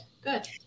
good